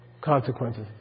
consequences